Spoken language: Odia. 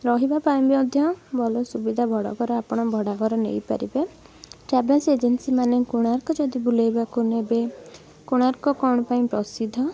ରହିବା ପାଇଁ ମଧ୍ୟ ଭଲ ସୁବିଧା ଭଡା ଘର ଆପଣ ଭଡା ଘର ନେଇ ପାରିବେ ଟ୍ରାଭେଲ୍ସ ଏଜେନ୍ସିମାନେ କୋଣାର୍କ ଯଦି ବୁଲେଇବାକୁ ନେବେ କୋଣାର୍କ କ'ଣ ପାଇଁ ପ୍ରସିଦ୍ଧ